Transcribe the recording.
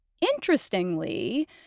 Interestingly